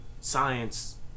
science